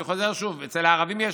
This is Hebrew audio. אני חוזר: אצל הערבים יש